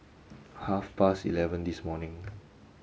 half past eleven this morning